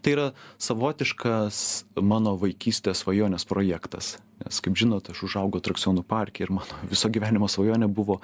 tai yra savotiškas mano vaikystės svajonės projektas nes kaip žinot aš užaugau atrakcionų parke ir mano viso gyvenimo svajonė buvo